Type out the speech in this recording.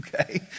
okay